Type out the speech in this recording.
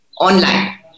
online